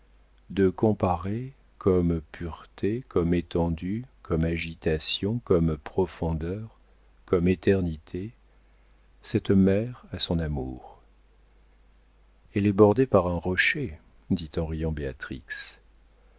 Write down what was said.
de comparer comme pureté comme étendue comme agitation comme profondeur comme éternité cette mer à son amour elle est bordée par un rocher dit en riant